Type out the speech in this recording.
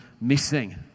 missing